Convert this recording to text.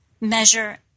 measure